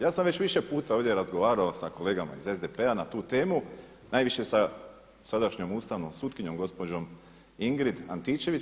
Ja sam već više puta ovdje razgovarao sa kolegama iz SDP-a na tu temu najviše sa sadašnjom ustavnom sutkinjom gospođom Ingrid Antičević.